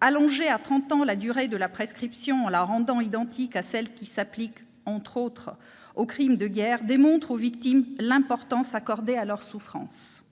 Allonger à trente ans la durée de la prescription en la rendant identique à celle qui s'applique, entre autres, aux crimes de guerre démontre aux victimes l'importance accordée à leur souffrance.